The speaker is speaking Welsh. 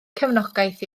cefnogaeth